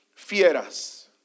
fieras